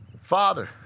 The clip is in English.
Father